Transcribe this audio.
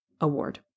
award